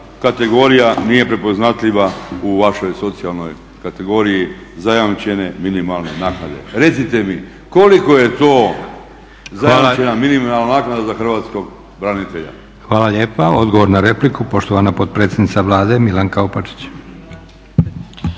kategorija nije prepoznatljiva u vašoj socijalnoj kategoriji zajamčene minimalne naknade. Recite mi, koliko je to zajamčena minimalna naknada za hrvatskog branitelja?. **Leko, Josip (SDP)** Hvala lijepa, odgovor na repliku poštovana potpredsjednica Vlade Milanka Opačić.